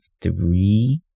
three